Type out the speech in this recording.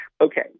Okay